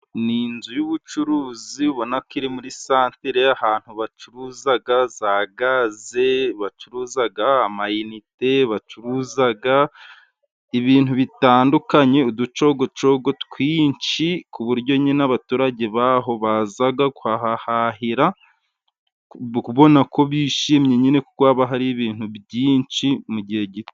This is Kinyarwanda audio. Ni inzu y'ubucuruzi ubona ko iri muri santre, ahantu bacuruzaga za gaze, bacuruzaga amayinite, bacuruzaga ibintu bitandukanye, uducogocogo twinshi ku buryo nyine n'abaturage baho bazaga kuhahahira ukabona ko bishimye nyine kuko haba hari ibintu byinshi mu gihe gito.